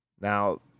Now